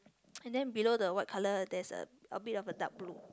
and then below the white colour there is a a bit of the dark blue